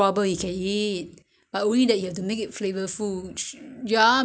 ah I don't know it's not so easy to cook you know looks easy but